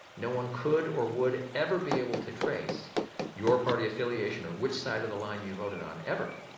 no one could or would ever be able to trace your party affiliation or which side of the line you voted on ever.